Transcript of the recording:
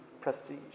prestige